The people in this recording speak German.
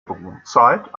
brutzeit